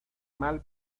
mal